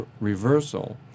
reversal